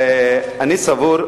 אני סבור,